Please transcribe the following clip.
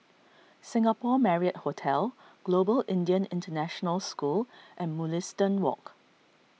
Singapore Marriott Hotel Global Indian International School and Mugliston Walk